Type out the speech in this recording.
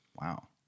Wow